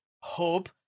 hub